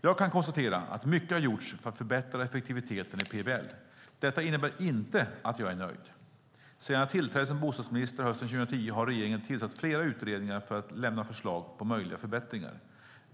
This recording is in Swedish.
Jag kan konstatera att mycket har gjorts för att förbättra effektiviteten i PBL. Detta innebär inte att jag är nöjd. Sedan jag tillträdde som bostadsminister hösten 2010 har regeringen tillsatt flera utredningar för att lämna förslag på möjliga förbättringar.